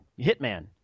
Hitman